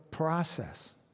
Process